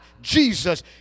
jesus